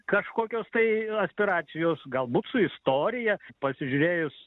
kažkokios tai aspiracijos galbūt su istorija pasižiūrėjus